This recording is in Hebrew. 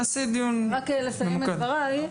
אני רק אסיים את דבריי.